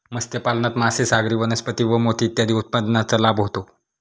मत्स्यपालनात मासे, सागरी वनस्पती व मोती इत्यादी उत्पादनांचा लाभ होतो